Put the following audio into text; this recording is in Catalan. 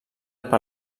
per